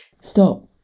Stop